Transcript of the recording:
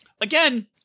Again